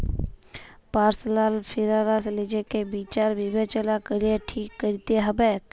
personal ফিলালস লিজেকে বিচার বিবেচলা ক্যরে ঠিক ক্যরতে হবেক